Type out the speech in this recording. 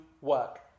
work